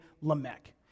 Lamech